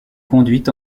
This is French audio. conduites